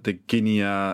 tai kinija